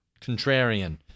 contrarian